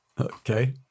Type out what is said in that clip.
Okay